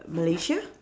Malaysia